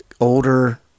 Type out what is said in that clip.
older